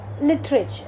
literature